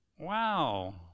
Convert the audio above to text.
Wow